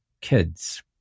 kids